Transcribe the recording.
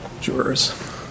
jurors